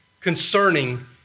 concerning